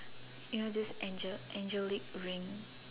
ya this Angel~ angelic ring